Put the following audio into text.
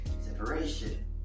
separation